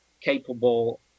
capable